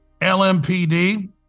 LMPD